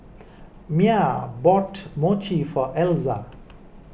Mya bought Mochi for Elza